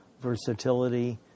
versatility